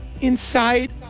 inside